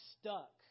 stuck